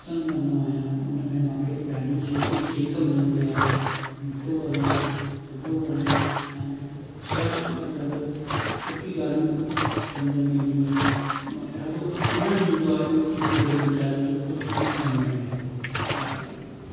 पसंद कंदो आहियां उन में मूंखे ॾाढी सुठी सीख मिलंदी आहे मिठो ॻाल्हाइणु थधो ॻाल्हाइण ऐं सभु मतिलबु सुठी ॻाल्हियूं सम्झ में ईंदियूं आहिनि मां ॾाढो आनंद ईंदो आहे इहो गुरू ग्रंथ साहिब जूं कुझ बि पढ़ण में वाहेगुरू